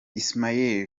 ismaël